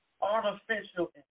artificial